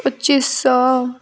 ପଚିଶ ଶହ